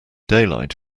daylight